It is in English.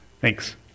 Thanks